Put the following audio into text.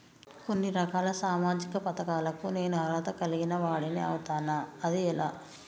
కొన్ని రకాల సామాజిక పథకాలకు నేను అర్హత కలిగిన వాడిని అవుతానా? అది ఎలా?